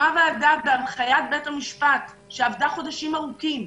בהנחיית בית המשפט, שעבדה חודשים ארוכים.